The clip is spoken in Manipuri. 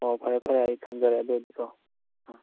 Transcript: ꯑꯣ ꯐꯔꯦ ꯐꯔꯦ ꯑꯩ ꯊꯝꯖꯔꯦ ꯑꯗꯨꯗꯤ ꯀꯣ